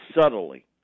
subtly